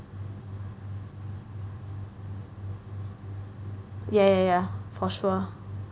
yeah yeah yeah for sure